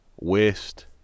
waste